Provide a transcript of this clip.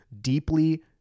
deeply